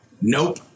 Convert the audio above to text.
Nope